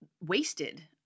Wasted